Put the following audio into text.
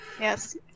yes